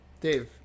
Dave